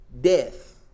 Death